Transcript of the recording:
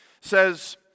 says